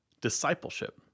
discipleship